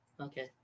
Okay